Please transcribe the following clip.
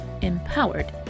empowered